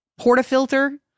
portafilter